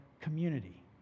community